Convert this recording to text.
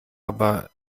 aber